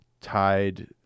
tied